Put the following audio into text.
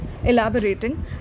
Elaborating